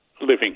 living